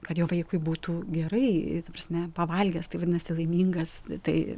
kad jo vaikui būtų gerai ta prasme pavalgęs tai vadinasi laimingas tai